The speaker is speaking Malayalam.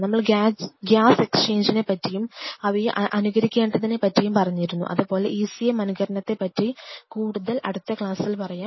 നമ്മൾ ഗ്യാസ്എക്സ്ചേഞ്ച്നെ പറ്റിയും അവയെ അനുകരിക്കേണ്ടതിനെപ്പറ്റിയും പറഞ്ഞിരുന്നു അതുപോലെ ECM അനുകരണത്തെ പറ്റി കൂടുതൽ അടുത്ത ക്ലാസ്സിൽ പറയാം